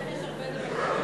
הרבה דברים.